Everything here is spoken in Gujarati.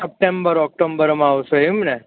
સપ્ટેમ્બર ઓક્ટોબરમાં આવશો એમ ને